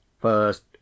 first